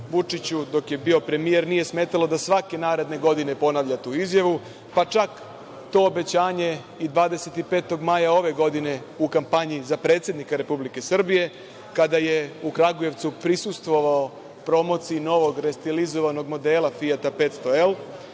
Vučiću, dok je bio premijer, nije smetalo da svake naredne godine ponavlja tu izjavu, pa čak to obećanje i 25. maja ove godine, u kampanji za predsednika Republike Srbije, kada je u Kragujevcu prisustvovao promociji novog restilizovanog modela „Fijata 500